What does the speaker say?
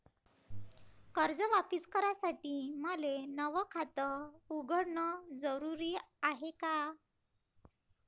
कर्ज वापिस करासाठी मले नव खात उघडन जरुरी हाय का?